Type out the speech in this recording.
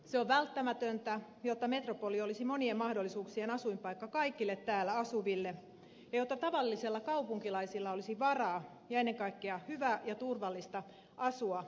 se on välttämätöntä jotta metropoli olisi monien mahdollisuuksien asuinpaikka kaikille täällä asuville ja jotta tavallisella kaupunkilaisella olisi varaa ja ennen kaikkea hyvä ja turvallista asua metropolissa